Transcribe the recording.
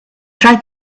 try